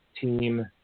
team